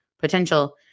potential